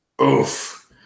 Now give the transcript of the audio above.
Oof